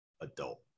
adult